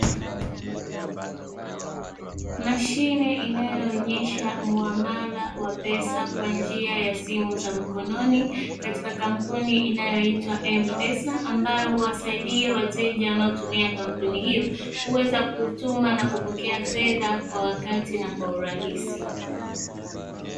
Mashine inayoonyesha muamala wa pesa kwa njia ya simu za mkononi; katika kampuni inayoitwa "M-Pesa", ambayo huwasaidia wateja wanaotumia kampuni hiyo kuweza kutuma na kupokea fedha kwa wakati na kwa urahisi.